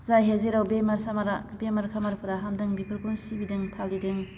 जायहा जेराव बेमार सामारा बेमार खामारफोरा हामदों बिफोरखौनो सिबिदों फालिदों